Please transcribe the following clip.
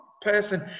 person